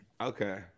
Okay